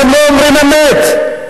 אתם לא אומרים אמת,